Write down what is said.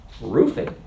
Roofing